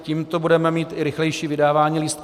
Tímto budeme mít i rychlejší vydávání lístků.